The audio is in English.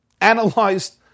analyzed